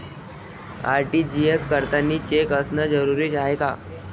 RTGS करतांनी cheque असनं जरुरीच हाय का?